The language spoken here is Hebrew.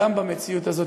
גם במציאות הזאת,